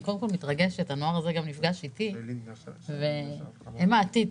אני מתרגשת הנוער הזה גם נפגש אתי והם העתיד.